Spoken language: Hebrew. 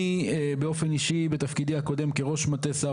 אני באופן אישי בתפקידי הקודם כראש מטה שר